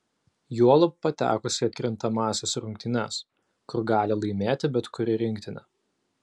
juolab patekus į atkrintamąsias rungtynes kur gali laimėti bet kuri rinktinė